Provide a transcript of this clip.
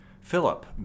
Philip